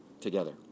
together